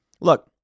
look